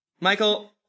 Michael